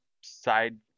side